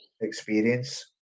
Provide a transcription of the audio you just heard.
experience